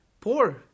Poor